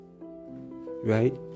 right